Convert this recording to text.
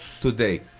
today